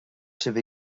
sibh